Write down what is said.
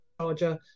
charger